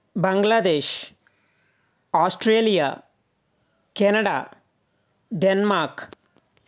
Bangladesh Australia Canada Denmark